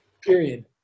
period